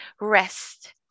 rest